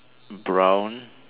brown